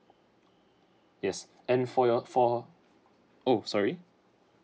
yes and for your for oh sorry